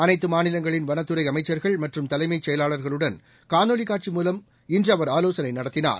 அனைத்து மாநிலங்களின் வனத்துறை அமைச்ச்கள் மற்றும் தலைமைச் செயலாளர்களுடன் காணொளிக் காட்சி மூலம் இன்று அவர் ஆலோசனை நடத்தினார்